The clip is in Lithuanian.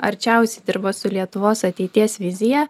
arčiausiai dirba su lietuvos ateities vizija